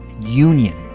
union